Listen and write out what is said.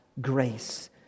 grace